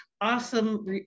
awesome